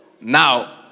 Now